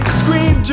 scream